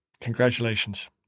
Congratulations